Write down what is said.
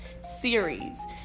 Series